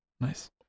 Nice